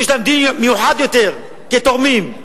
שיש להם דין מיוחד יותר, כתורמים,